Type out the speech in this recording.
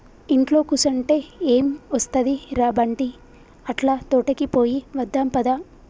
ఇంట్లో కుసంటే ఎం ఒస్తది ర బంటీ, అట్లా తోటకి పోయి వద్దాం పద